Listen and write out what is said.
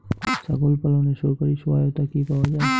ছাগল পালনে সরকারি সহায়তা কি পাওয়া যায়?